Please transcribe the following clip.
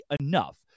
enough